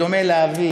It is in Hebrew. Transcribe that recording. / בדומה לאבי,